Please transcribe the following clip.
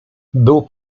był